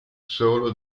solo